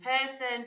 person